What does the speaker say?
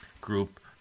group